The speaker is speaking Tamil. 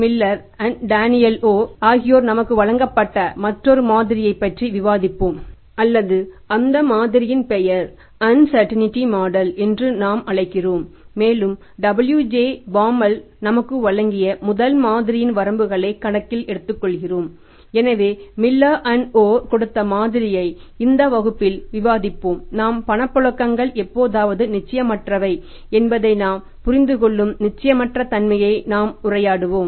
மில்லர் மற்றும் டேனியல் ஓர் கொடுத்த மாதிரியை இந்த வகுப்பில் விவாதிப்போம் ஆம் பணப்புழக்கங்கள் எப்போதாவது நிச்சயமற்றவை என்பதை நாம் புரிந்துகொள்ளும் நிச்சயமற்ற தன்மையை நாம் உரையாற்றுவோம்